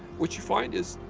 what you find is,